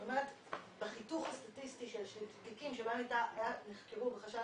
בחיתוך הסטטיסטי של תיקים שנחקרו בחשד